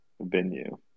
Venue